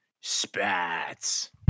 spats